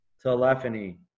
telephony